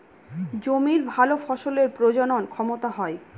জমির ভালো ফসলের প্রজনন ক্ষমতা হয়